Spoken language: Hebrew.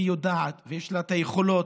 ויש לה את היכולות,